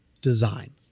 design